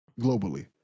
globally